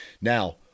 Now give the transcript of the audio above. Now